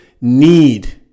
need